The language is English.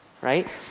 right